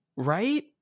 Right